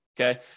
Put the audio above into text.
Okay